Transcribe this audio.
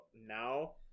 now